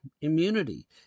immunity